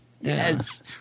Yes